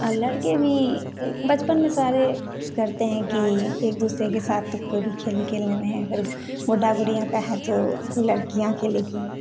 और लड़के भी बचपन में सारे करते हैं कि एक दूसरे के साथ कोई भी खेल खेलने में है अगर गुड्डा गुड़िया का है तो लड़कियाँ खेलेंगी